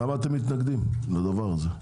למה אתם מתנגדים לזה?